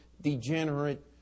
degenerate